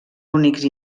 únics